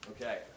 Okay